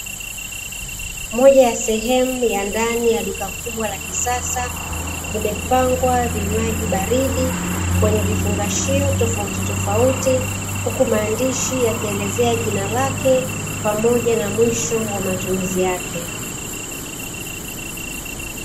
Moja ya sehemu ya ndani ya duka kubwa la kisasa vimepangwa vinywaji baridi kwenye vifungashio tofautitofauti, huku maandishi yakielezea jina lake pamoja na mwisho wa matumizi yake.